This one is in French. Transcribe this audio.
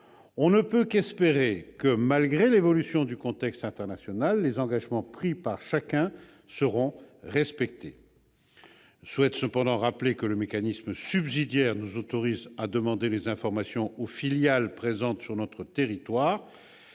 On ne peut qu'espérer que, malgré l'évolution du contexte international, les engagements pris par chacun seront respectés. Je souhaite cependant rappeler que le mécanisme subsidiaire nous autorise à demander les informations aux filiales présentes sur notre territoire